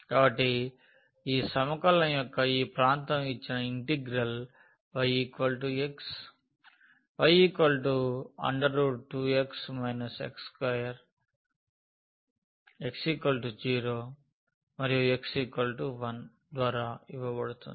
కాబట్టి ఈ సమకలన యొక్క ఈ ప్రాంతం ఇచ్చిన integral y x y 2x x2 x 0 మరియు x 1 ద్వారా ఇవ్వబడుతుంది